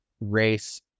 race